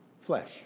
flesh